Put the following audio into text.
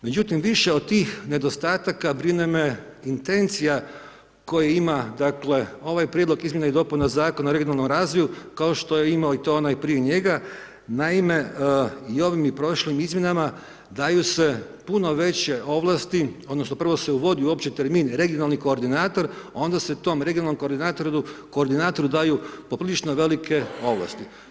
Međutim, više od tih nedostataka brine me intencija koje ima dakle, ovaj prijedlog izmjena i dopuna Zakona o regionalnom razvoju, ako što je imao i to onaj prije njega, naime, i ovim i prošlim izmjenama daju se puno veće ovlasti, odnosno, prvo se uvodi uopće termin regionalni koordinator onda se tom regionalnom koordinatoru daju poprilično velike ovlasti.